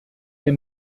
les